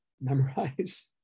memorize